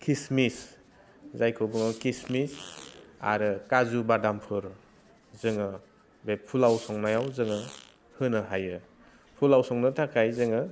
किसमिस जायखौ बुङो किसमिन आरो काजु बादामफोर जोङो बे फुलाव संनायाव जोङो होनो हायो फुलाव संनो थाखाय जोङो